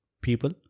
people